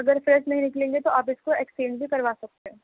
اگر فریش نہیں نکلیں گے تو آپ اس کو ایکسچینج بھی کروا سکتے ہیں